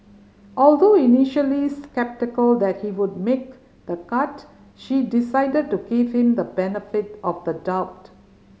although initially sceptical that he would make the cut she decided to give him the benefit of the doubt